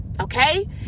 okay